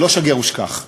זה לא "שגר ושכח".